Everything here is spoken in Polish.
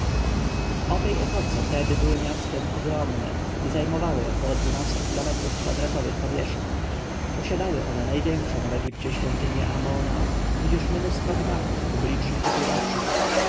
owej epoce teby były miastem ogromnem i zajmowały około dwunastu kilometrów kwadratowych powierzchni posiadały one największą w egipcie świątynię amona tudzież mnóstwo gmachów publicznych i prywatnych